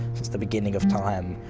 since the beginning of time,